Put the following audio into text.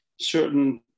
certain